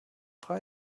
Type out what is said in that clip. frei